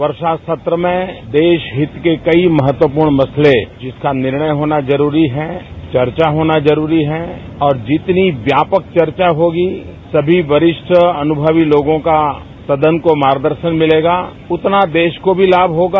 वर्षा सत्र में देश हित के कई महत्वपूर्ण मसले जिसका निर्णय होना जरूरी हैं चर्चा होना जरूरी हैं और जितनी व्यापक चर्चा होगी सभी वरिष्ठ अनुभवी लोगों का सदन को मार्गदर्शन मिलेगा उतना देश को भी लाभ होगा